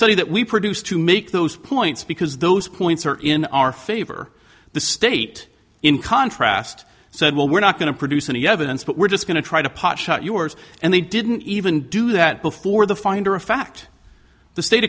study that we produced to make those points because those points are in our favor the state in contrast said well we're not going to produce any evidence but we're just going to try to potshot yours and they didn't even do that before the finder of fact the state